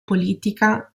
politica